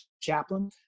chaplain